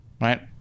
right